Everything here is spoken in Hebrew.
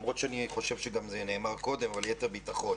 למרות שאני חושב שזה כבר נאמר קודם אבל ליתר ביטחון: